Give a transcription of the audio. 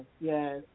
yes